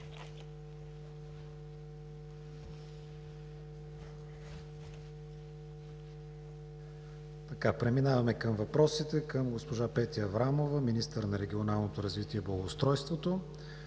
Преминаваме към въпросите към госпожа Петя Аврамова – министър на регионалното развитие и благоустройството.